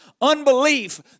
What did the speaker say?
unbelief